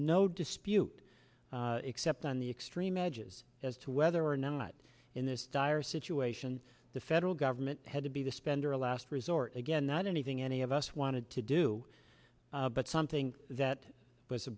no dispute except on the extreme edges as to whether or not in this dire situation the federal government had to be the spender of last resort again not anything any of us wanted to do but something that was a